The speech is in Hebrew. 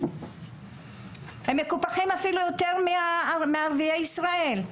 הם מקופחים אפילו יותר מערביי ישראל.